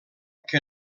que